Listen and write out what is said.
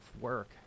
work